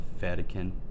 Vatican